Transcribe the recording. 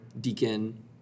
deacon